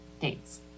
dates